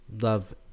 love